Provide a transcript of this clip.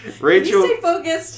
Rachel